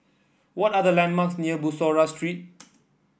what are the landmarks near Bussorah Street